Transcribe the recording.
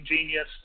genius